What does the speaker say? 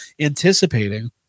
anticipating